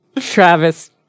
Travis